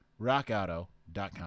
rockauto.com